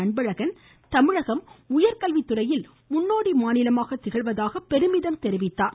அன்பழகன் தமிழகம் உயர்கல்வித்துறையில் முன்னோடி மாநிலமாக திகழ்வதாக தெரிவித்தார்